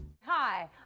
Hi